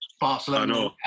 Barcelona